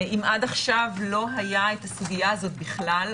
אם עד עכשיו לא הייתה את הסוגיה הזאת בכלל,